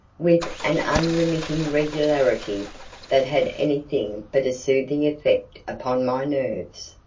with an unremitting regularity that had anything but a soothing effect upon my nerves.